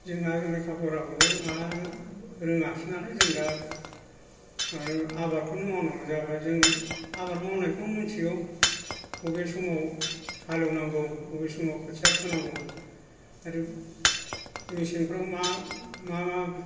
जोङो लेखा फराखौबो रोङासै नालाय आबादखौनो मावनानै जाबाय जों आबाद मावनायखौ मिथिगौ बबे समाव हालौनांगौ बबे समाव खोथिया फोनांगौ आरो मेसेंफ्राव मा मा